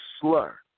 slur